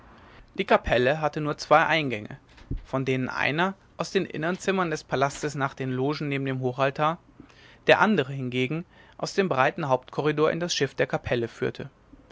die kapelle hatte nur zwei eingänge von denen einer aus den inneren zimmern des palastes nach den logen neben dem hochaltar der andere hingegen aus dem breiten hauptkorridor in das schiff der kapelle führte